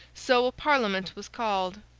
so, a parliament was called,